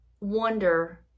wonder